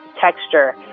texture